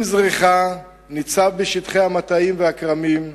עם זריחה ניצב בשטחי המטעים והכרמים,